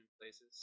places